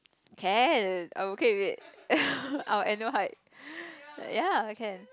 can I'm okay with it our annual hike ya can